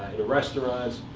restaurants,